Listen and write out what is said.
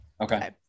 okay